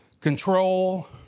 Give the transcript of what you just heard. control